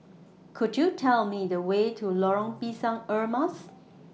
Could YOU Tell Me The Way to Lorong Pisang Emas